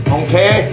okay